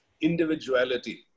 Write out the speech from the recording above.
individuality